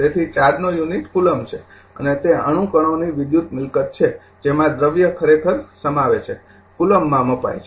તેથી ચાર્જનો unit coulomb છે અને તે અણુ કણોની ઇલેક્ટ્રિકલ મિલકત છે જેમાં દ્રવ્ય ખરેખર સમાવે છે કુલમ્બ માં મપાય છે